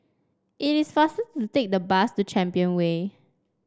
it is faster to take the bus to Champion Way